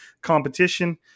competition